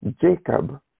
Jacob